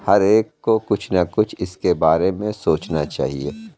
ہر ایک کو کچھ نہ کچھ اِس کے بارے میں سوچنا چاہیے